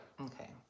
Okay